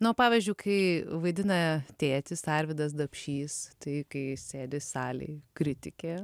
na pavyzdžiui kai vaidina tėtis arvydas dapšys tai kai sėdi salėj kritikė